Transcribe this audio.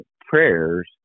prayers